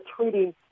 treating